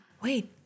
Wait